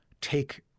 Take